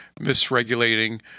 misregulating